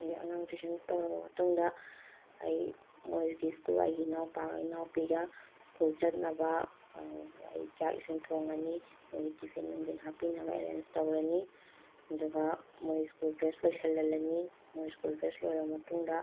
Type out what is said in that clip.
ꯑꯗꯩ ꯑꯉꯥꯡ ꯇꯨꯏꯁꯟ ꯇꯧꯔꯕ ꯃꯇꯨꯡꯗ ꯑꯩ ꯃꯣꯏꯒꯤ ꯁ꯭ꯀꯨꯜꯋꯥꯏꯒꯤ ꯏꯅꯥꯎꯄꯤꯒ ꯏꯅꯥꯎꯄꯥꯒ ꯁ꯭ꯀꯨꯜ ꯆꯠꯅꯕ ꯑꯩ ꯆꯥꯛ ꯏꯁꯤꯡ ꯊꯣꯡꯉꯅꯤ ꯃꯣꯏꯒꯤ ꯇꯤꯐꯤꯟ ꯅꯨꯡꯐꯤꯟ ꯍꯥꯞꯄꯤꯅꯕ ꯑꯦꯔꯦꯟꯖ ꯇꯧꯔꯅꯤ ꯑꯗꯨꯒ ꯃꯣꯏ ꯁ꯭ꯀꯨꯜ ꯗ꯭ꯔꯦꯁ ꯂꯣꯏꯁꯤꯜꯍꯜꯂꯅꯤ ꯃꯣꯏ ꯁ꯭ꯀꯨꯜ ꯗ꯭ꯔꯦꯁ ꯂꯣꯏꯔꯕ ꯃꯇꯨꯡꯗ